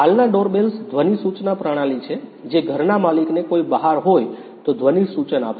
હાલના door bells ધ્વનિ સૂચના પ્રણાલી છે જે ઘરના માલિકને કોઈ બહાર હોય તો ધ્વનિ સૂચન આપશે